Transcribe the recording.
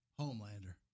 Homelander